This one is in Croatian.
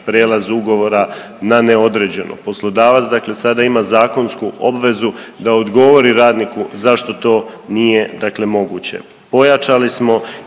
prijelaz ugovora na neodređeno. Poslodavac dakle sada ima zakonsku obvezu da odgovori radniku zašto to nije, dakle moguće. Pojačali smo